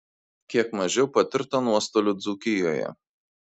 kiek mažiau patirta nuostolių dzūkijoje